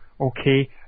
okay